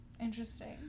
Interesting